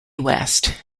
west